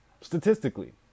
Statistically